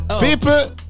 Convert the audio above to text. People